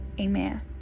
Amen